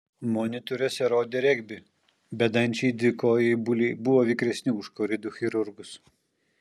monitoriuose rodė regbį bedančiai dvikojai buliai buvo vikresni už koridų chirurgus